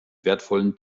wertvollen